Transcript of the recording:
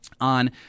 on